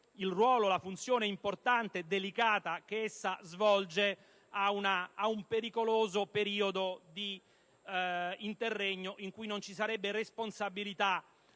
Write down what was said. il ruolo e la funzione importante e delicata che svolge ad un pericoloso periodo di interregno, in cui non ci sarebbe responsabilità